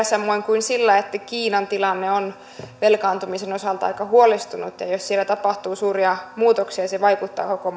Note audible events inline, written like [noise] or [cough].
[unintelligible] samoin kuin sillä että kiinan tilanne on velkaantumisen osalta aika huolestuttava ja jos siellä tapahtuu suuria muutoksia se vaikuttaa koko [unintelligible]